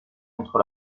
contre